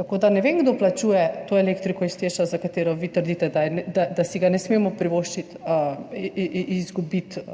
Tako da ne vem, kdo plačuje to elektriko iz TEŠ, za katerega vi trdite, da si ga ne smemo privoščiti izgubiti.